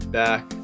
back